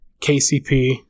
KCP